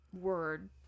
word